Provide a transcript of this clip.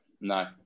no